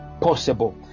possible